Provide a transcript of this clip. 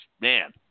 man